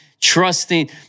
trusting